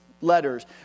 letters